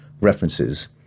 references